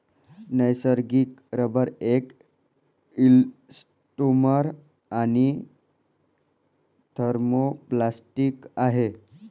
नैसर्गिक रबर एक इलॅस्टोमर आणि थर्मोप्लास्टिक आहे